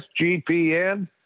SGPN